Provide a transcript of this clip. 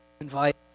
invite